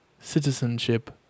citizenship